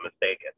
mistaken